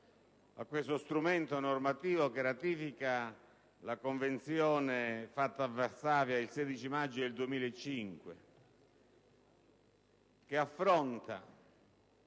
a questo strumento normativo che ratifica la Convenzione fatta a Varsavia il 16 maggio 2005, che affronta